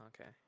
Okay